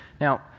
Now